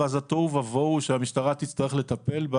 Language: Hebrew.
ואז התוהו ובוהו שהמשטרה תצטרך לטפל בו